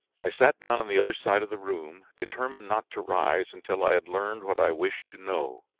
i sat down on the other side of the room determined not to rise until i had learned what i wished to know.